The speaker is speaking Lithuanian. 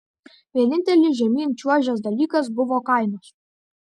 vienintelis žemyn čiuožęs dalykas buvo kainos